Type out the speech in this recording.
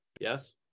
Yes